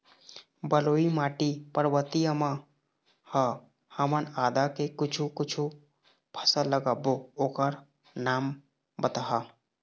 बलुई माटी पर्वतीय म ह हमन आदा के कुछू कछु फसल लगाबो ओकर नाम बताहा?